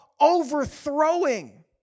overthrowing